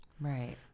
Right